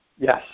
Yes